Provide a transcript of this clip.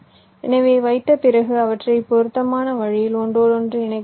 எனவே வைத்த பிறகு அவற்றை பொருத்தமான வழியில் ஒன்றோடொன்று இணைக்க வேண்டும்